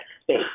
space